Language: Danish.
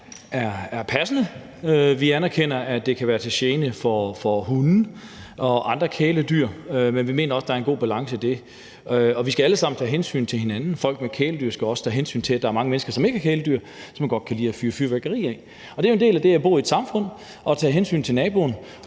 er passende. Vi anerkender, at det kan være til gene for hunde og andre kæledyr, men vi mener også, at der er en god balance i det. Vi skal alle sammen tage hensyn til hinanden, folk med kæledyr skal også tage hensyn til, at der er mange mennesker, som ikke har kæledyr, og som godt kan lide af fyre fyrværkeri af, og det at tage hensyn til naboen